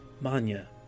Manya